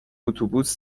اتوبوس